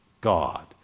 God